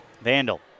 Vandal